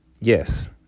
yes